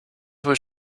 was